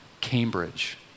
Cambridge